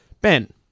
Ben